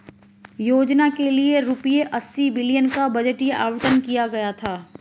योजना के लिए रूपए अस्सी बिलियन का बजटीय आवंटन किया गया था